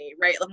right